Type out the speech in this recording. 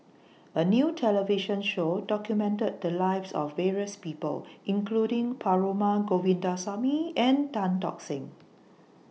A New television Show documented The Lives of various People including Perumal Govindaswamy and Tan Tock Seng